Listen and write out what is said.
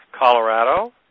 Colorado